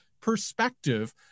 perspective